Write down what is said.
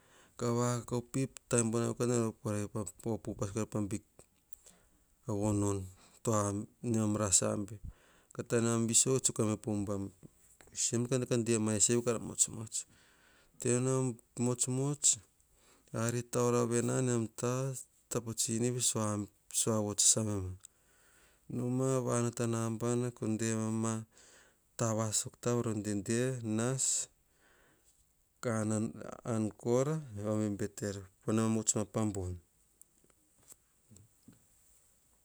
Kavakakao pip taim buanavi nehe op korai pa big vonon to abei nemam ras abe. Taim nemam veso, ka tsoe keme po huba. Iso nem kaop ma eseve kara motsmots. Taim ne mam motsmots. Ari tauravena tao tsinivi. Sua vots sosame ma noma vanata anabaha tava sok ta kade ka nas an kora vabe beter panemam votsma pa bon.